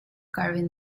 carbon